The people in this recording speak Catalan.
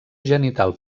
genital